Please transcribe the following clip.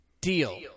Deal